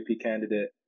candidate